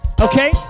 okay